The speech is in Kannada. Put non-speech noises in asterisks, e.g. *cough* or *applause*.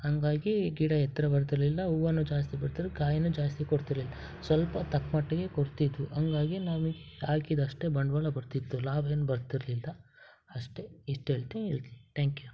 ಹಂಗಾಗಿ ಗಿಡ ಎತ್ತರ ಬರ್ತಿರಲಿಲ್ಲ ಹೂವಾ ಜಾಸ್ತಿ ಬರ್ತಿರ ಕಾಯಿನೂ ಜಾಸ್ತಿ ಕೊಡ್ತಿರ್ಲಿಲ್ಲ ಸ್ವಲ್ಪ ತಕ್ಕ ಮಟ್ಟಿಗೆ ಕೊಡ್ತಿದ್ದವು ಹಂಗಾಗಿ ನಾವು ಹಾಕಿದ್ ಅಷ್ಟೇ ಬಂಡವಾಳ ಬರ್ತಿತ್ತು ಲಾಭ ಏನೂ ಬರ್ತಿರಲಿಲ್ಲ ಅಷ್ಟೇ ಇಷ್ಟು ಹೇಳ್ತೀನ್ *unintelligible* ಟ್ಯಾಂಕ್ ಯೂ